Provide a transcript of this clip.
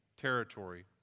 territory